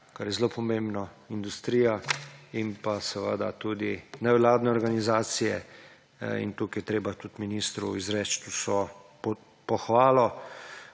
kar je zelo pomembno, industrija in pa tudi nevladne organizacije. Tukaj je treba tudi ministru izreči vso pohvalo,